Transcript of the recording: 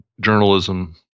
journalism